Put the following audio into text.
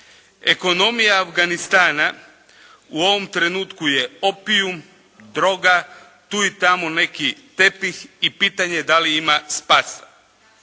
Ekonomija Afganistana u ovom trenutku je opijum, droga, tu i tamo neki tepih i pitanje da li ima spasa?